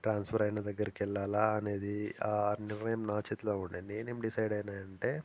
transfer అయిన దగ్గరకి వెళ్ళాలా అనేది ఆ నిర్ణయం నా చేతిలో ఉండేది నేను ఏమి డిసైడ్ అయినా అంటే